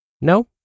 No